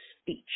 speech